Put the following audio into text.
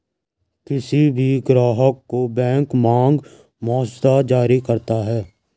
किसी भी ग्राहक को बैंक मांग मसौदा जारी करता है